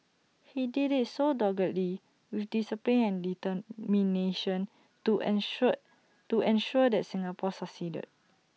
he did IT so doggedly with discipline and determination to ensure to ensure that Singapore succeeded